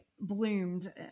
bloomed